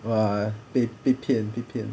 !wah! 被骗被骗